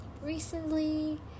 recently